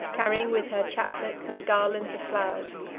carrying with her chaplets and garlands of flowers.